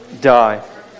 die